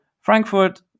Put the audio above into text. frankfurt